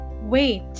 wait